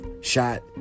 shot